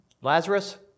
Lazarus